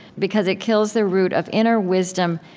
because it kills the root of inner wisdom,